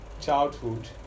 childhood